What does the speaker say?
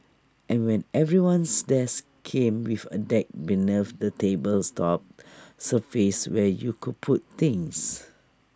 and when everyone's desk came before A deck beneath the table's top surface where you could put things